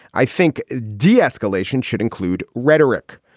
i think de-escalation should include rhetoric.